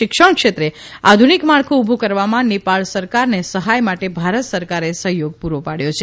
શિક્ષણ ક્ષેત્રે આધુનીક માળખું ઉભુ કરવામાં નેપાળ સરકારને સહાય માટે ભારત સરકારે સહયોગ પુરો પાડથો છે